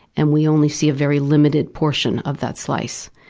and we only see a very limited portion of that slice.